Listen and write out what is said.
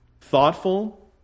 thoughtful